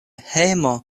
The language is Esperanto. hejmo